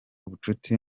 ubucuti